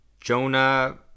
Jonah